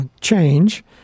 change